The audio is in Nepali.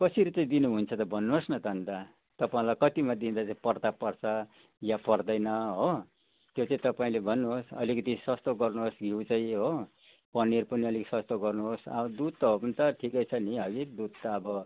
कसरी चाहिँ दिनुहुन्छ त भन्नुहोस् न अन्त तपाईँलाई कतिमा दिँदा चाहिँ पर्दा पर्छ या पर्दैन हो त्यो चाहिँ तपाईँले भन्नुहोस् अलिकति सस्तो गर्नुहोस् घिउ चाहिँ हो पनिर पनि अलिक सस्तो गर्नुहोस् अब दुध त हो भने त ठिकै छ नि है दुध त अब